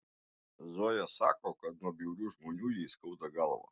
zoja sako kad nuo bjaurių žmonių jai skauda galvą